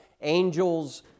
angels